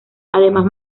además